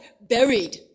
buried